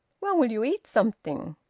well, will you eat something?